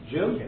Jim